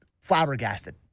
flabbergasted